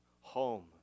home